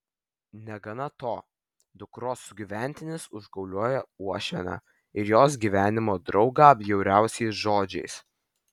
negana to dukros sugyventinis užgaulioja uošvienę ir jos gyvenimo draugą bjauriausiais žodžiais